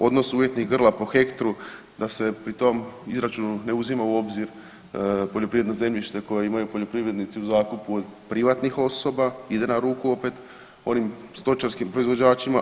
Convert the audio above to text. Odnos umjetnih grla po hektru da se pri tom izračunu ne uzima u obzir poljoprivredno zemljište koje imaju poljoprivrednici u zakupu od privatnih osoba ide na ruku opet onim stočarskim proizvođačima.